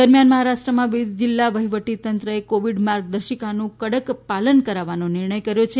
દરમ્યાન મહારાષ્ટ્રમાં વિવિધ જિલ્લા વહિવટીતંત્રચે કોવિડ માર્ગદર્શિકાનું કડક પાલન લાગુ કરવાનો નિર્ણય કર્યો છે